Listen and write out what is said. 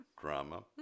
drama